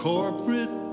corporate